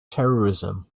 terrorism